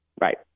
Right